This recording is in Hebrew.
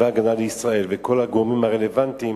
צבא-הגנה לישראל וכל הגורמים הרלוונטיים